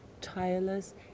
tireless